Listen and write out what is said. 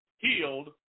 healed